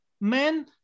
men